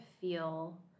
feel